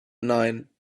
nein